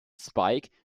spike